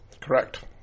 Correct